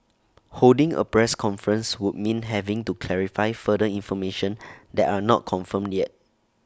holding A press conference would mean having to clarify further information that are not confirmed yet